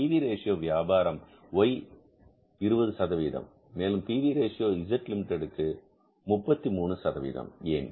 B V ratio வியாபாரம் Y 20 மேலும் P V ratio Z limited 33 ஏன்